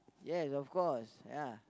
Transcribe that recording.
yes of course ya